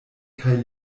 kaj